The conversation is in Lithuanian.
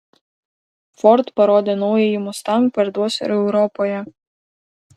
ford parodė naująjį mustang parduos ir europoje